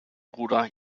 bruder